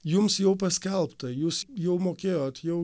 jums jau paskelbta jūs jau mokėjot jau